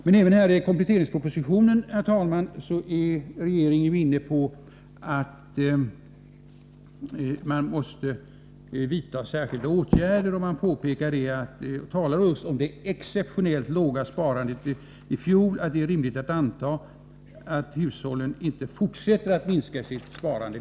Men även i kompletteringspropositionen, herr talman, är regeringen inne på att man måste vidta särskilda åtgärder. Man talar just om det exceptionellt låga sparandet i fjol och säger att det är rimligt att anta att hushållen inte fortsätter att minska sitt sparande.